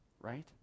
right